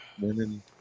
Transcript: women